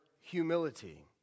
humility